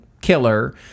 killer